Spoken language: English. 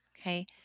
Okay